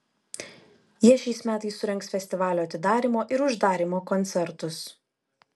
jie šiais metais surengs festivalio atidarymo ir uždarymo koncertus